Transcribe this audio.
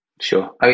Sure